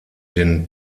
den